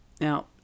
Now